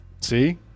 See